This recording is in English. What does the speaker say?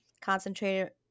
concentrated